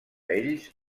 ells